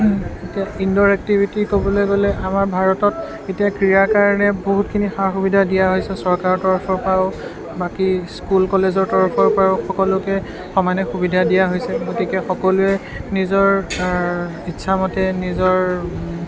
এতিয়া indoor activity ক'বলৈ গ'লে আমাৰ ভাৰতত এতিয়া ক্ৰীড়াৰ কাৰণে বহুতখিনি সা সুবিধা দিয়া হৈছে চৰকাৰৰ তৰফৰ পৰাও বাকী স্কুল কলেজৰ তৰফৰ পৰাও সকলোকে সমানে সুবিধা দিয়া হৈছে গতিকে সকলোৱে নিজৰ ইচ্ছামতে নিজৰ